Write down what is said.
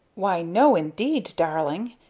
why, no, indeed, darling.